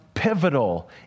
pivotal